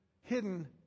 hidden